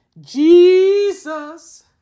Jesus